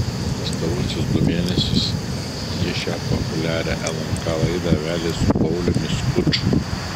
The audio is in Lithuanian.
pastaruosius du mėnesius ji šią populiarią lnk laidą vedė su pauliumi skuču